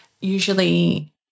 usually